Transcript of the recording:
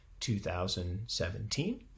2017